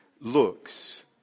looks